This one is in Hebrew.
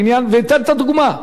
"פרי הגליל" נכון.